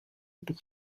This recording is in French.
pour